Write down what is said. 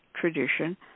tradition